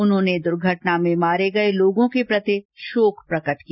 उन्होंने दर्घटना में मारे गये लोगों के प्रति शोक प्रकट किया